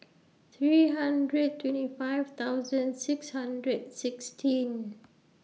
three hundred twenty five thousand six hundred sixteen